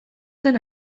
zen